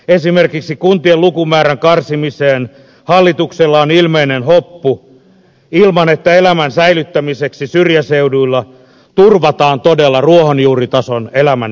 esimerkiksi kuntien lukumäärän karsimiseen hallituksella on ilmeinen hoppu ilman että elämän säilyttämiseksi syrjäseuduilla turvataan todella ruohonjuuritason elämän edellytykset